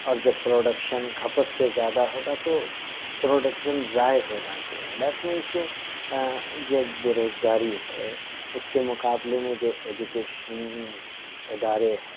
اور جب پروڈکشن کھپت سے زیادہ ہوگا تو پروڈکشن ضائع ہو جاتے ہیں دیٹ منس کہ جب بےروزگاری ہے اس کے مقابلے میں جو ایجوکیشن ادارے ہیں